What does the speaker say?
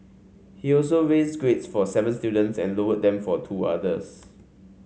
he also raised grades for seven students and lowered them for two others